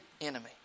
enemy